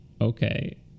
okay